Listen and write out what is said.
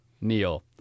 Neil